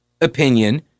opinion